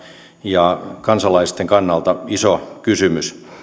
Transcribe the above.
ja kansalaisten kannalta iso kysymys